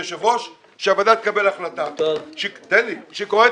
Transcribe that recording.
שהוועדה תקבל החלטה שהיא קוראת